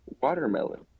Watermelon